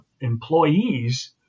employees